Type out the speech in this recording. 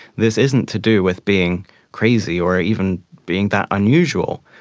this isn't to do with being crazy or even being that unusual.